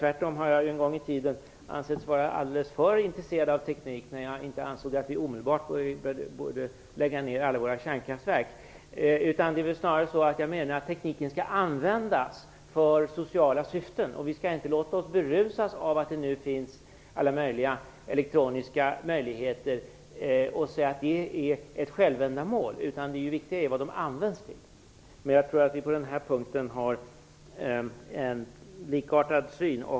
Tvärtom har jag en gång i tiden ansetts vara alldeles för intresserad av teknik, när jag inte ansåg att vi omedelbart borde lägga ned alla våra kärnkraftverk. Det är väl snarare så att jag menar att tekniken skall användas för sociala syften. Vi skall inte låta oss berusas av att det nu finns alla möjliga elektroniska möjligheter och säga att det är ett självändamål. Det viktiga är vad de används till. Jag tror att vi på den här punkten har en likartad syn.